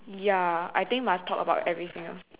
ya I think must talk about everything